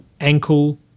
ankle